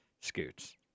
Scoots